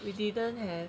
we didn't have